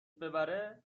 ببره